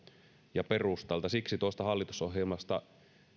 ja perustalta siksi tuosta hallitusohjelmasta